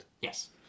Yes